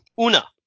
Una